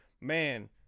man